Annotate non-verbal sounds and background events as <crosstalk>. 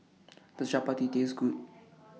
Does Chapati Taste Good <noise>